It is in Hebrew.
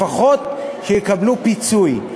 לפחות שיקבלו פיצוי.